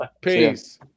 Peace